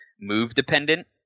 move-dependent